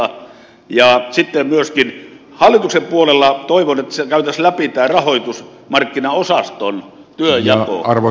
sitten myöskin toivon että hallituksen puolella käytäisiin läpi tämä rahoitusmarkkinaosaston työnjako